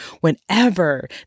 whenever